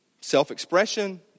self-expression